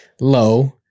low